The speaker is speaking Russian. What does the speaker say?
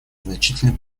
значительно